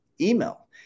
Email